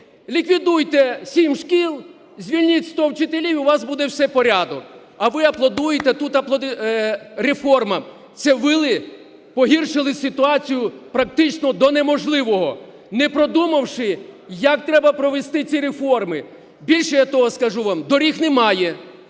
ліквідуйте 7 шкіл, звільніть 100 вчителів і у вас буде все порядок. А ви аплодуєте тут реформам. Це ввели, погіршили ситуацію практично до неможливого, не продумавши, як треба провести ці реформи. Більше того я скажу вам, доріг немає.